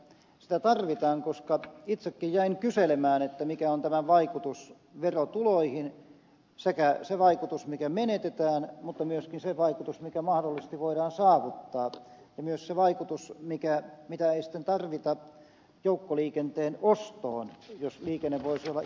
sitä tarvitaan koska itsekin jäin kyselemään mikä on tämän vaikutus verotuloihin sekä se vaikutus mikä menetetään mutta myöskin se vaikutus mikä mahdollisesti voidaan saavuttaa ja myös se vaikutus mitä ei sitten tarvita joukkoliikenteen ostoon jos liikenne voisi olla itse kannattavaa